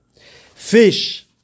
Fish